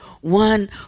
One